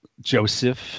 Joseph